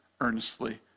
earnestly